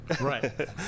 Right